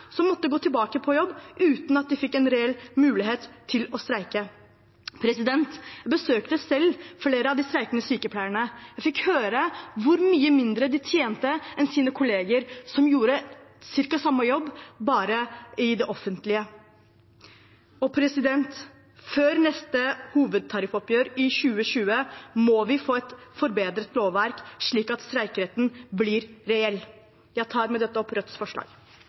som måtte gå tilbake på jobb uten at de fikk en reell mulighet til å streike. Jeg besøkte selv flere av de streikende sykepleierne. Jeg fikk høre hvor mye mindre de tjente enn sine kolleger som gjorde cirka samme jobb, bare i det offentlige. Før neste hovedtariffoppgjør, i 2020, må vi få et forbedret lovverk, slik at streikeretten blir reell. Jeg tar med dette opp Rødts forslag.